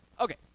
Okay